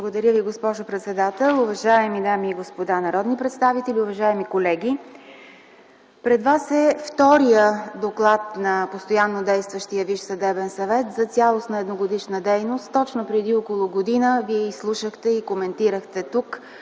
Благодаря Ви, госпожо председател. Уважаеми дами и господа народни представители, уважаеми колеги! Пред вас е вторият доклад на постояннодействащия Висш съдебен съвет за цялостна едногодишна дейност. Точно преди около година вие изслушахте и коментирахте тук